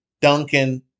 Duncan